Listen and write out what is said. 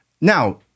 Now